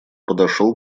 подошел